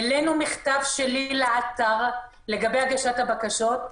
העלינו מכתב שלי לאתר לגבי בקשת הבקשות,